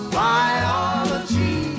biology